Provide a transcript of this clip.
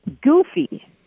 goofy